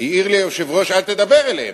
העיר לי היושב-ראש: אל תדבר אליהם.